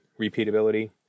Repeatability